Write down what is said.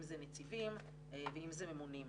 אם זה נציבים ואם זה ממונים,